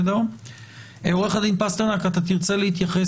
עו"ד פסטרנק, בבקשה.